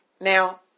Now